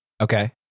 Okay